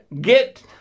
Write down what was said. get